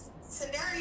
scenario